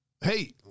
Hey